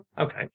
Okay